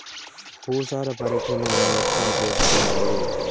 భూసార పరీక్షను ఎట్లా చేసుకోవాలి?